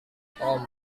tom